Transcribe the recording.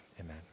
Amen